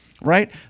right